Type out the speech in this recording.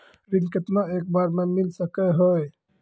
ऋण केतना एक बार मैं मिल सके हेय?